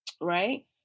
right